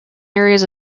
areas